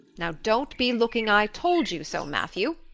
now, don't be looking i told-you-so, matthew.